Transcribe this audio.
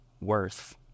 worth